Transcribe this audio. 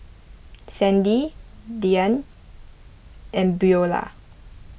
Sandy Dyan and Beulah